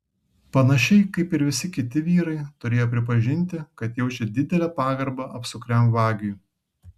panašiai kaip ir visi kiti vyrai turėjo pripažinti kad jaučia didelę pagarbą apsukriam vagiui